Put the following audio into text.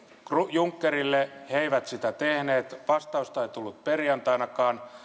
junckerille he eivät sitä tehneet vastausta ei tullut perjantainakaan